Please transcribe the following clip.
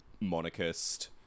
monarchist